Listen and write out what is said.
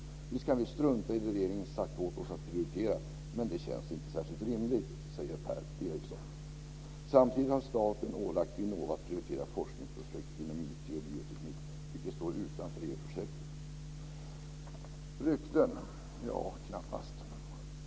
Visst, vi kan strunta i det regeringen sagt åt oss att prioritera, men det känns inte särskilt rimligt, säger Per Eriksson.' Samtidigt har staten ålagt Vinnova att prioritera forskningsprojekt inom IT och bioteknik, vilka står utanför EU-projekten." Är det fråga om rykten? Knappast.